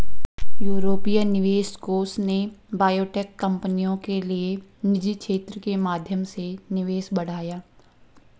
यूरोपीय निवेश कोष ने बायोटेक कंपनियों के लिए निजी क्षेत्र के माध्यम से निवेश बढ़ाया